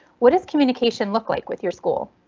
what is communication look like with your school?